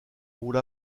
rôle